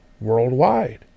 worldwide